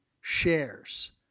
shares